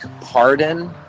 pardon